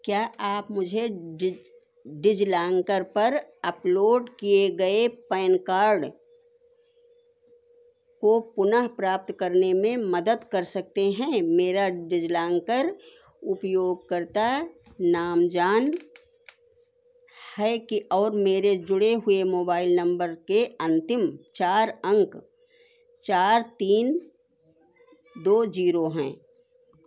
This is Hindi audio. क्या आप मुझे डिजी डिजीलांकर पर अपलोड किए गए पैन कार्ड को पुनः प्राप्त करने में मदद कर सकते हैं मेरा डिजिलांकर उपयोगकर्ता नाम जॉन है कि और मेरे जुड़े हुए मोबाइल नम्बर के अंतिम चार अंक चार तीन दो जीरो है